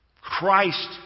Christ